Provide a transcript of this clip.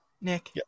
Nick